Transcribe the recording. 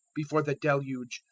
before the deluge,